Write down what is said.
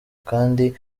kandi